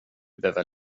behöver